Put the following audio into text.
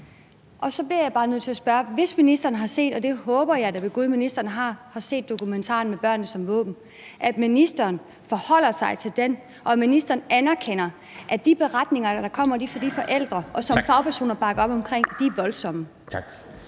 hvis ministeren har set dokumentaren »Med børnene som våben« – og det håber jeg da ved gud ministeren har – vil forholde sig til den og anerkender, at de beretninger, der kommer fra de forældre, og som fagpersoner bakker op omkring, er voldsomme.